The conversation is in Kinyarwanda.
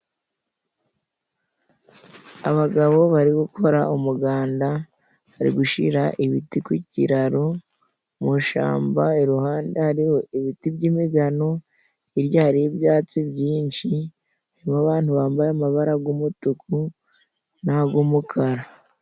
Abagabo bari gukora umuganda bari gushira ibiti ku kiraro mu ishamba, iruhande hariho ibiti by'imigano, hirya hariyo ibyatsi byinshi birimo abantu bambaye amabara g'umutuku n'ag'umukara.